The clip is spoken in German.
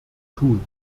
tun